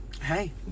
Hey